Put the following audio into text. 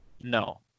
No